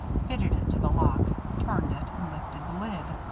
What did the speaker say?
fitted it to the lock, turned it, and lifted the lid.